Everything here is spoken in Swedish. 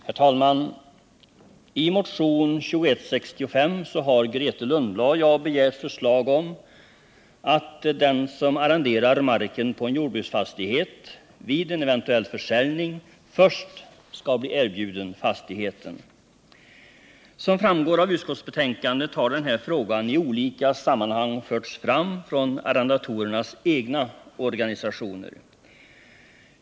Herr talman! I motionen 2165 har Grethe Lundblad och jag begärt förslag om att den som arrenderar marken på en jordbruksfastighet vid en eventuell försäljning först skall bli erbjuden fastigheten. Som framgår av utskottsbetänkandet har den här frågan i olika sammanhang förts fram från arrendatorernas egna organisationer.